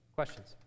Questions